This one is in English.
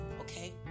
Okay